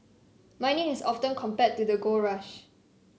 mining is often compared to the gold rush